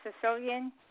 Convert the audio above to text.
Sicilian